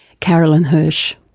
carolyn hirsh.